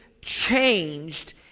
changed